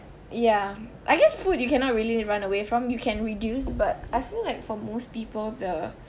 ya I guess food you cannot really run away from you can reduce but I feel like for most people the